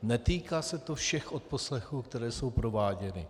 Netýká se to všech odposlechů, které jsou prováděny.